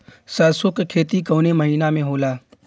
सरसों का खेती कवने महीना में होला?